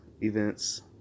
Events